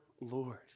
Lord